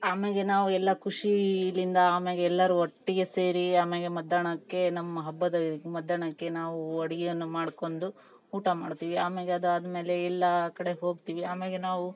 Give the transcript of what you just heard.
ಆಮ್ಯಾಗೆ ನಾವು ಎಲ್ಲ ಖುಷಿಲಿಂದ ಆಮ್ಯಾಗೆ ಎಲ್ಲರು ಒಟ್ಟಿಗೆ ಸೇರಿ ಆಮ್ಯಾಗೆ ಮಧ್ಯಾಹ್ನಕ್ಕೆ ನಮ್ಮ ಹಬ್ಬದ ಇದು ಮಧ್ಯಾಹ್ನಕ್ಕೆ ನಾವು ಅಡಿಗೆಯನ್ನು ಮಾಡ್ಕೊಂಡು ಊಟ ಮಾಡ್ತಿವಿ ಆಮೆಗೆ ಅದಾದಮೇಲೆ ಎಲ್ಲ ಕಡೆ ಹೋಗ್ತಿವಿ ಆಮ್ಯಾಗೆ ನಾವು